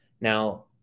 now